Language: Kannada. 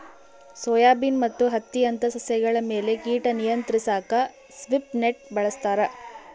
ಸೋಯಾಬೀನ್ ಮತ್ತು ಹತ್ತಿಯಂತ ಸಸ್ಯಗಳ ಮೇಲೆ ಕೀಟ ನಿಯಂತ್ರಿಸಾಕ ಸ್ವೀಪ್ ನೆಟ್ ಬಳಸ್ತಾರ